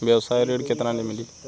व्यवसाय ऋण केतना ले मिली?